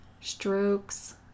strokes